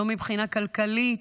לא מבחינה כלכלית,